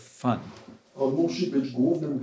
fun